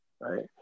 Right